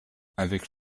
avec